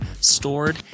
stored